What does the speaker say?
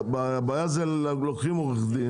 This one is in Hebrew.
הבעיה היא שלוקחים עורך דין,